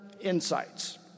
insights